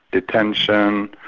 detention,